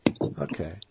Okay